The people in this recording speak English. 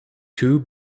two